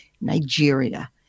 Nigeria